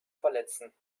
verletzen